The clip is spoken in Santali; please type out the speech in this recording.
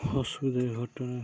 ᱚᱥᱩᱵᱤᱫᱷᱟ ᱜᱷᱚᱴᱟᱜᱼᱟ